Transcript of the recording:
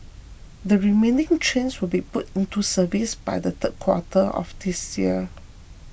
the remaining trains will be put into service by the third quarter of this year